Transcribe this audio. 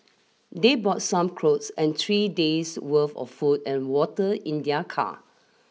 they bought some clothes and three days' worth of food and water in their car